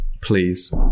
please